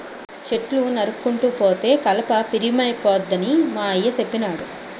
చెట్లు నరుక్కుంటూ పోతే కలప పిరియంపోద్దని మా అయ్య సెప్పినాడు